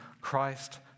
Christ